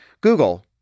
Google